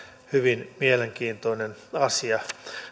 hyvin mielenkiintoinen asia